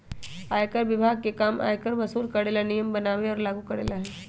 आयकर विभाग के काम आयकर वसूल करे ला नियम बनावे और लागू करेला हई